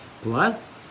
Plus